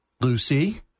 Lucy